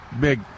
big